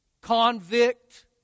convict